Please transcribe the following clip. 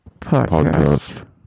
Podcast